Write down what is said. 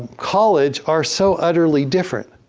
college are so utterly different.